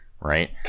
right